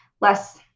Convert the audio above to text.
less